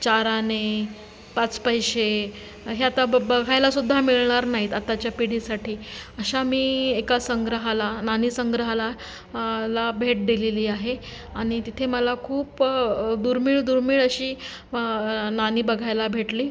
चार आणे पाच पैसे हे आता ब् बघायलासुद्धा मिळणार नाहीत आत्ताच्या पिढीसाठी अशा मी एका संग्रहाला नाणीसंग्रहाला ला भेट दिलेली आहे आणि तिथे मला खूप दुर्मिळ दुर्मिळ अशी नाणी बघायला भेटली